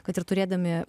kad ir turėdami